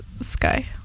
sky